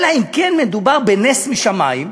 אלא אם כן מדובר בנס משמים,